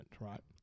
right